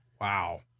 Wow